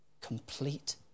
complete